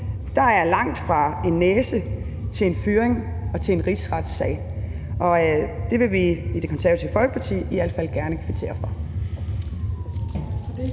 Der er langt fra en næse til en fyring til en rigsretssag. Det vil vi i Det Konservative Folkeparti i al fald gerne kvittere for.